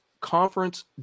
conference